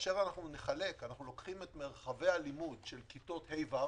אנחנו לוקחים את מרחבי הלימוד של כיתות ה' ו-ו',